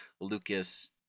Lucas